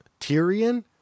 Tyrion